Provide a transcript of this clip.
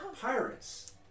pirates